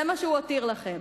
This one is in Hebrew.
זה מה שהוא הותיר לכם,